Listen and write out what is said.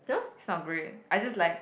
it's not great I just like